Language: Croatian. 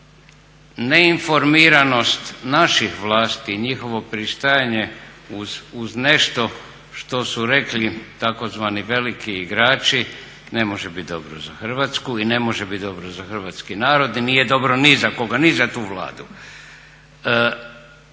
Neinformiranost naših vlasti i njihovo pristajanje uz nešto što su rekli tzv. veliki igrači ne može biti dobro za Hrvatsku i ne može biti dobro za hrvatski narod i nije dobro ni za koga, ni za tu Vladu.